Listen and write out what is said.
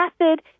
acid